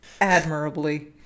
admirably